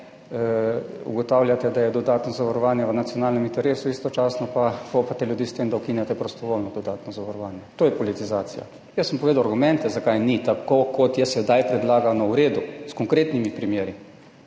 Ugotavljate, da je dodatno zavarovanje v nacionalnem interesu, istočasno pa fopate ljudi s tem, da ukinjate prostovoljno dodatno zavarovanje. To je politizacija. Jaz sem povedal argumente, zakaj ni tako, kot je sedaj predlagano, v redu, s konkretnimi primeri.